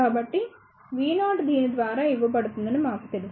కాబట్టి Vo దీని ద్వారా ఇవ్వబడుతుందని మాకు తెలుసు